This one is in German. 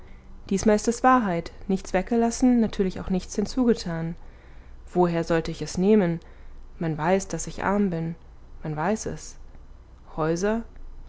diesmal ist es wahrheit nichts weggelassen natürlich auch nichts hinzugetan woher sollte ich es nehmen man weiß daß ich arm bin man weiß es häuser